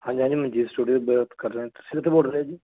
ਹਾਂਜੀ ਹਾਂਜੀ ਮਨਜੀਤ ਸਟੂਡੀਓ ਸੇ ਬਾਤ ਕਰ ਰਹੇ ਤੁਸੀਂ ਕਿੱਥੋਂ ਬੋਲ ਰਹੇ ਹੋ ਜੀ